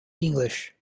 english